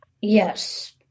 Yes